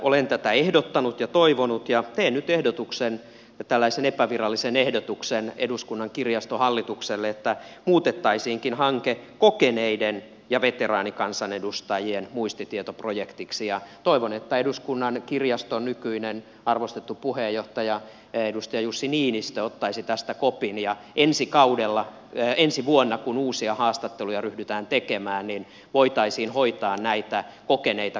olen tätä ehdottanut ja toivonut ja teen nyt ehdotuksen tällaisen epävirallisen ehdotuksen eduskunnan kirjaston hallitukselle että muutettaisiinkin hanke kokeneiden ja veteraanikansanedustajien muistitietoprojektiksi ja toivon että eduskunnan kirjaston nykyinen arvostettu puheenjohtaja edustaja jussi niinistö ottaisi tästä kopin ja ensi vuonna kun uusia haastatteluja ryhdytään tekemään voitaisiin haastatella näitä kokeneita kansanedustajia